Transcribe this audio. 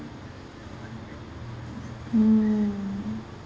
mm